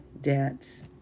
debts